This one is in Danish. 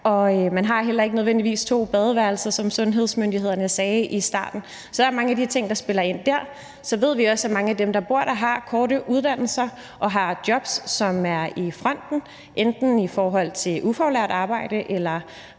og man har heller ikke nødvendigvis to badeværelser, som sundhedsmyndighederne talte om i starten. Så der er mange af de ting, der spiller ind der. Så ved vi også, at mange af dem, der bor der, har korte uddannelser og har jobs, som er på frontlinjen, enten i form af ufaglært arbejde eller